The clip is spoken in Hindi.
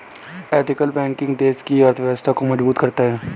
एथिकल बैंकिंग देश की अर्थव्यवस्था को मजबूत करता है